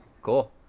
Cool